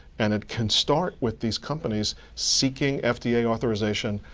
and it can start with these companies seeking fda yeah authorization,